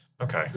Okay